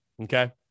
Okay